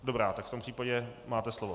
Dobrá, tak v tom případě máte slovo.